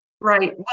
Right